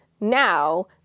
now